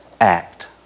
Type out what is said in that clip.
act